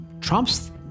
Trump's